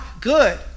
good